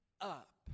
up